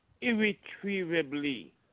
irretrievably